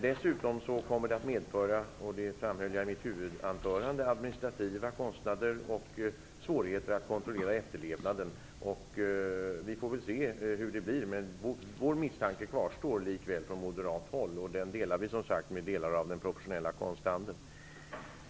Dessutom kommer det att medföra, vilket jag framhöll i mitt huvudanförande, administrativa kostnader och svårigheter att kontrollera efterlevnaden. Vi får väl se hur det blir, men vår misstanke från moderat håll kvarstår likväl, och den delar vi som sagt med de professionella konsthandlarna.